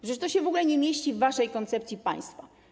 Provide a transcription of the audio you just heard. Przecież to się w ogóle nie mieści w waszej koncepcji państwa.